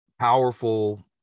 powerful